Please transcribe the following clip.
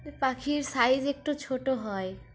পাখির সাইজ একটু ছোটো হয়